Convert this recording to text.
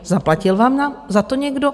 Zaplatil vám za to někdo?